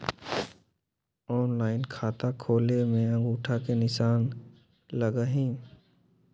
Online खाता खोले में अंगूठा के निशान लगहई?